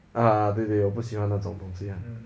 ah ah 对对对我不喜欢那种东西 lah